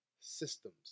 systems